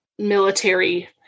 military